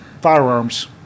firearms